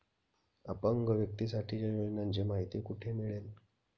अपंग व्यक्तीसाठीच्या योजनांची माहिती कुठे मिळेल?